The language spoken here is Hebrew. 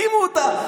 שלכם, תקימו אותה".